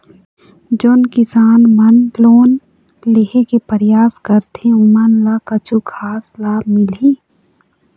जोन किसान मन लोन लेहे के परयास करथें ओमन ला कछु खास लाभ मिलही?